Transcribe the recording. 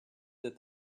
that